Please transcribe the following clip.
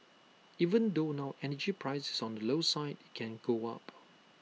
even though now energy price is on the low side IT can go up